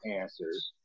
answers